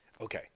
Okay